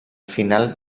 final